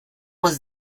was